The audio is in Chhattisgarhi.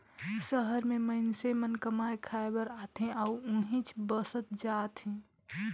सहर में मईनसे मन कमाए खाये बर आथे अउ उहींच बसत जात हें